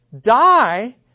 die